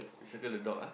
you circle the dog ah